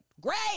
great